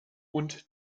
und